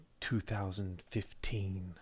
2015